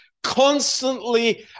Constantly